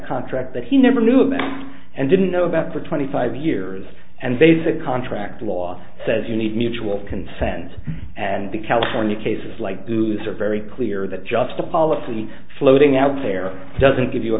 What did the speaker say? contract that he never knew about and didn't know about for twenty five years and basic contract law says you need mutual consent and the california cases like boots are very clear that just a policy floating out there doesn't give you a